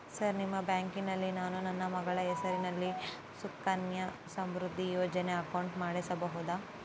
Sir ನಿಮ್ಮ ಬ್ಯಾಂಕಿನಲ್ಲಿ ನಾನು ನನ್ನ ಮಗಳ ಹೆಸರಲ್ಲಿ ಸುಕನ್ಯಾ ಸಮೃದ್ಧಿ ಯೋಜನೆ ಅಕೌಂಟ್ ಮಾಡಿಸಬಹುದಾ?